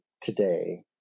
today